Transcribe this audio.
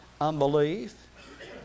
unbelief